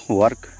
work